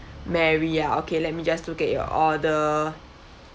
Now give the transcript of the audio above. mary ah okay let me just look at your order